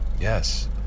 yes